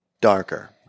darker